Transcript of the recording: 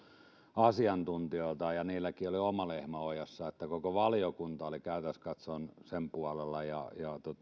asiantuntijoilta ja heilläkin oli oma lehmä ojassa koko valiokunta oli käytännöllisesti katsoen sen puolella ja